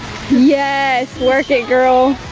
yes. work it girl.